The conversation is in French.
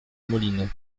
moline